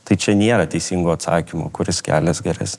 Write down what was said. tai čia nėra teisingo atsakymo kuris kelias geresnis